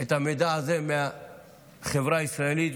את המידע הזה מהחברה הישראלית,